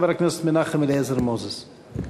חבר הכנסת מנחם אליעזר מוזס.